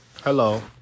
Hello